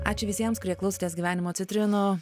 ačiū visiems kurie klausotės gyvenimo citrinų